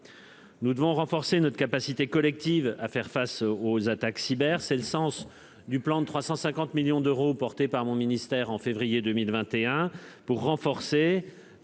Nous devons renforcer notre capacité collective à faire face aux attaques cyber c'est le sens du plan de 350 millions d'euros, porté par mon ministère en février 2021 pour renforcer